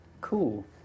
Cool